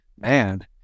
Man